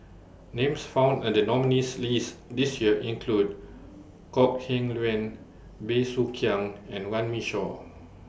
Names found in The nominees' list This Year include Kok Heng Leun Bey Soo Khiang and Runme Shaw